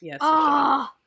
Yes